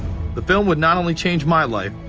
the film would not only change my life,